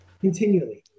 Continually